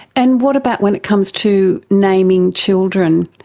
and what about when it comes to naming children?